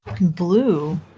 Blue